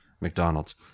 McDonald's